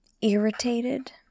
irritated